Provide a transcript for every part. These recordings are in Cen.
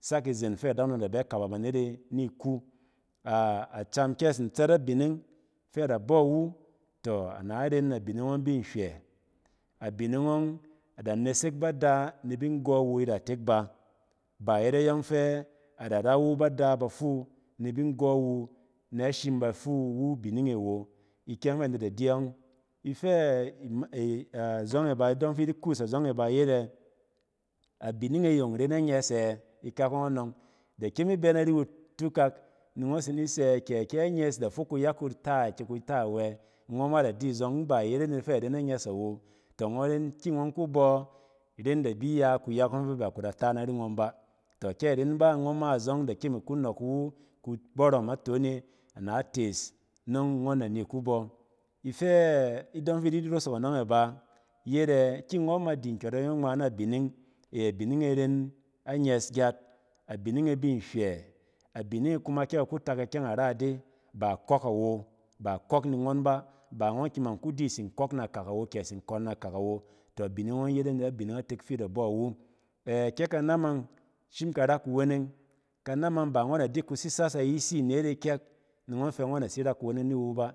Sak izen fɛ adakunom da bɛ kaba banet e niku. A acam kɛ atsin tsɛt abining fɛ ada bↄ iwu, tↄ ana ren abining ↄng bi nhywɛ abining ↄng ada nesek ba da, ni binggↄ wu iratek ba yet ayↄng fɛ ada rawu ba da ba fuu ni binggↄ wu na shim bafuu iwu abining e awo. ikyɛng fɛ anet da di yↄng. Ifɛ azↄng e ba, idↄng fi idi kuus azↄng e ba yet ɛ, abining e yung ren anyɛs ɛ? Ikak ↄng aↄng. Da kyem ibɛ nari wu atukak ni tsi ni sɛ kɛ anyɛs da fok kuyak wu ta, kɛ kɛ anyɛs da fok kuyak wu ta, kɛ ku ta awɛ. Ngↄn ma da di zↄng in baa yet anet fɛ a ren anyɛs awo tↄ ngↄn ren ki ngↄn kubↄ iren da bi ya kuyak ↄng fɛ ba ku ta ta nari ngↄn ba. Tↄ kɛ aren ba, ngↄn ma azↄng da kyem ikku nↄk iwu kubↄrↄ naton e ana tees nↄng ngↄn da ni kubↄ. Ifɛ-idↄng fi idi rosok anↄng e ba, yet ɛ-ki ngↄn ma di nkyↄrↄk yↄng ngma na bining, ey, a bining e ren anyɛs gyat, abining e bin nhywɛ, abining e kuma kɛ ba ku tak ikyɛng, aa ide ba a kↄk awo, ba akↄk ni ngↄn ba, ba ngↄn ki man kudi a tsin kↄk na kak awo kɛ a tsin kↄn na kak awo, abining ↄng yet anet abining atek fi ngↄn da bↄ iwu. ɛ-kɛ kanamang shim ka ra kuweneng, kanamang ba ngↄn da di kusisas ayisi anet e kyɛk, ni gↄn fɛ ngↄn da tsi ra kuweneng ni wu ba,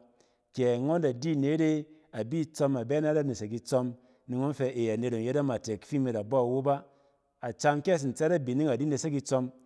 kɛ ngↄn da di anet e, abi itsↄm, abɛ nada nesek itsↄm, ni ngↄn fɛ ey, anet ↄng yet amatek fi imi da bↄ iwu ba. Acam kɛ atsin tsɛt abining adi nesek itsↄm